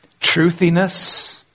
Truthiness